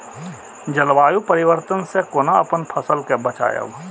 जलवायु परिवर्तन से कोना अपन फसल कै बचायब?